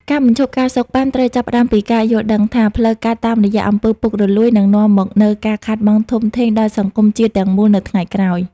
ការបញ្ឈប់ ការសូកប៉ាន់ ត្រូវចាប់ផ្ដើមពីការយល់ដឹងថា ផ្លូវកាត់តាមរយៈអំពើពុករលួយនឹងនាំមកនូវការខាតបង់ធំធេងដល់សង្គមជាតិទាំងមូលនៅថ្ងៃក្រោយ។